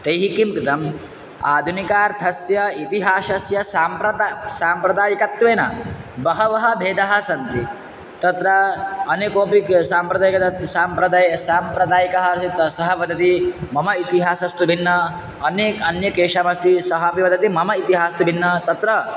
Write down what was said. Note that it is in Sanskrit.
तैः किं कृतम् आधुनिकार्थस्य इतिहासस्य साम्प्रदा साम्प्रदायिकत्वेन बहवः भेदाः सन्ति तत्र अनेकेपि क साम्प्रदायिकः साम्प्रदायिकः अस्ति त सः वदति मम इतिहासस्तु भिन्नः अन्यै क अन्य केषामस्ति सः अपि वदति मम इतिहास्तु भिन्नः तत्र